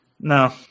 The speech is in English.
No